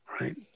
right